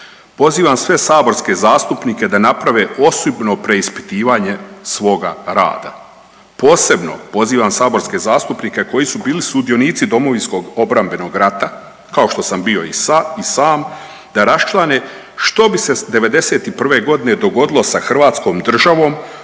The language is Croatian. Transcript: Pozivam sve saborske zastupnike da naprave osobno preispitivanje svoga rada. Posebno pozivam saborske zastupnike koji su bili sudionici Domovinskog obrambenog rata kao što sam bio i sam da raščlane što bi se '91. godine dogodilo sa hrvatskom državom